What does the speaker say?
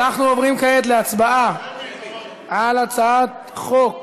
אנחנו עוברים כעת להצבעה על הצעת חוק